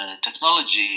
technology